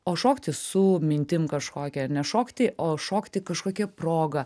o šokti su mintim kažkokia ne šokti o šokti kažkokia proga